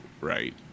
right